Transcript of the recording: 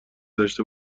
داشته